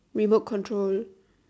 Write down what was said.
remote control